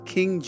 King